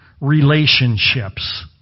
relationships